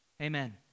Amen